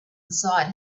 inside